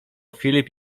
filip